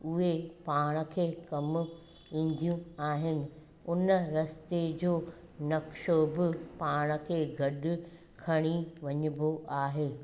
उहे पाण खे कमु ईंदियूं आहिनि उन रस्ते जो नक़्शो बि पाण खे गॾु खणी वञिबो आहे